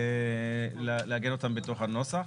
התבקשנו לעגן אותן בנוסח.